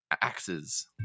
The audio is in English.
axes